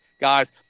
Guys